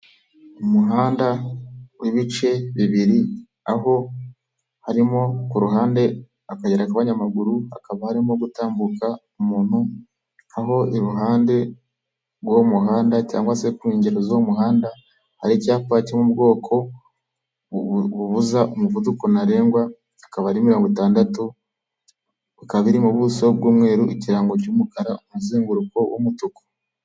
Umuhanda w'ibice bibiri aho harimo k'uruhande akagera k'abanyamaguru hakaba arimo gutambuka umuntu, aho iruhande rw'uwo muhanda cyangwa se ku ngendo z'umuhanda hari icyapa cyo m'ubwokobuza umuvuduko ntarengwa akaba ari mirongo itandatu, bikaba biri mu buso bw'umweru ikirango cy'umukara umuzenguruko w'umutuku.